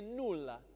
nulla